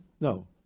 No